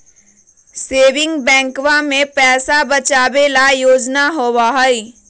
saving बैंकवा में पैसा बचावे ला योजना होबा हई